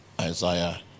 Isaiah